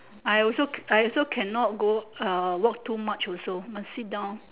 I also I also cannot go uh walk too much also must sit down